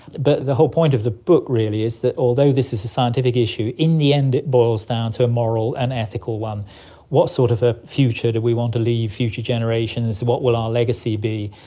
but the whole point of the book really is that although this is a scientific issue, in the end it boils down to a moral and ethical one what sort of a future do we want to leave future generations, what will our legacy be?